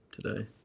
today